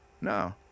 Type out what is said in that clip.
No